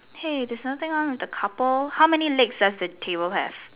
hey there's something wrong with the couple how many legs does the table have